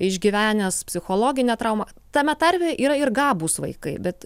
išgyvenęs psichologinę traumą tame tarpe yra ir gabūs vaikai bet